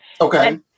Okay